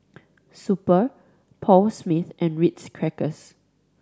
Super Paul Smith and Ritz Crackers